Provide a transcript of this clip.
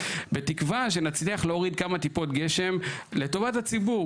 בתקווה שנצליח להוריד כמה טיפות גשם לטובת הציבור.